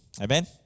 Amen